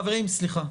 חברים, סליחה.